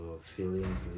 feelings